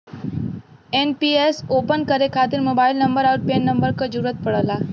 NPS open करे खातिर mobile number आउर पैन नंबर क जरुरत पड़ला